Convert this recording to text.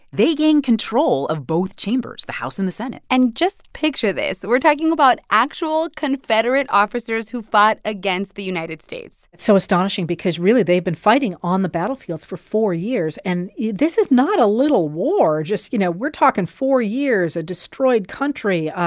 they gain control of both chambers, the house and the senate and just picture this. we're talking about actual confederate officers who fought against the united states so astonishing because, really, they've been fighting on the battlefields for four years. and yeah this is not a little war. just, you know, we're talking four years, a destroyed country,